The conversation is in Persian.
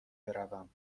بروم